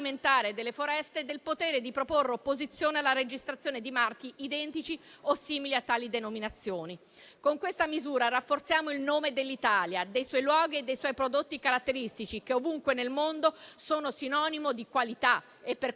delle foreste del potere di proporre opposizione alla registrazione di marchi identici o simili a tali denominazioni. Con questa misura rafforziamo il nome dell'Italia, dei suoi luoghi e dei suoi prodotti caratteristici, che ovunque nel mondo sono sinonimo di qualità e per